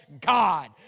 God